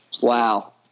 wow